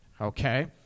okay